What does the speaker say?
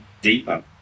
deeper